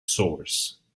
source